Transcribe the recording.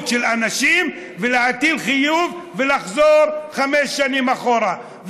של אנשים ולהטיל חיוב ולחזור חמש שנים אחורה.